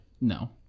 No